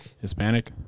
Hispanic